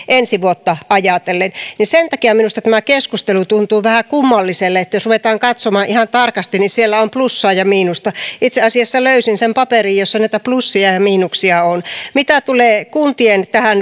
ensi vuotta ajatellen sen takia minusta tämä keskustelu tuntuu vähän kummalliselle jos ruvetaan katsomaan ihan tarkasti niin siellä on plussaa ja miinusta itse asiassa löysin sen paperin jossa näitä plussia ja ja miinuksia on mitä tulee kuntien